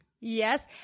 Yes